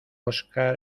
óscar